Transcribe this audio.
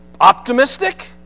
optimistic